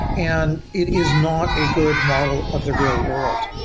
and it is not a good model of the real world.